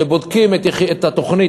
בודקים את התוכנית,